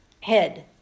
head